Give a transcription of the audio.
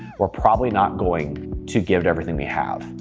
we're probably not going to give it everything we have,